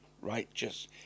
righteous